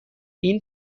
این